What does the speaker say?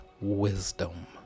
wisdom